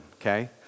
okay